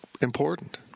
important